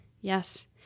Yes